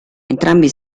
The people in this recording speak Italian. entrambi